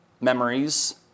memories